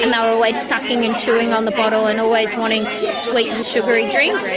and they were always sucking and chewing on the bottle and always wanting sweet and sugary drinks.